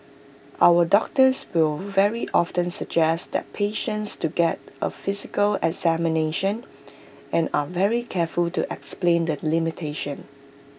our doctors will very often suggest that patients to get A physical examination and are very careful to explain the limitations